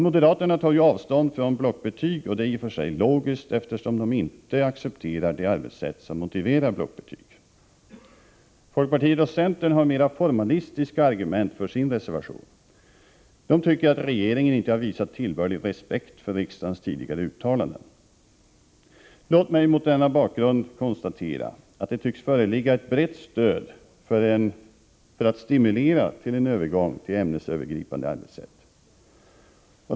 Moderaterna tar avstånd från blockbetyg, och det är i och för sig logiskt, eftersom de inte accepterar det arbetssätt som motiverar blockbetyg. Folkpartiet och centern har mer formalistiska argument för sin reservation. De tycker att regeringen inte har visat tillbörlig respekt för riksdagens tidigare uttalanden. Låt mig mot denna bakgrund konstatera att det tycks föreligga ett brett stöd för att stimulera en övergång till ämnesövergripande arbetssätt.